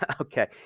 Okay